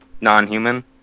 Non-human